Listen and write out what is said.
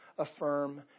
affirm